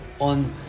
on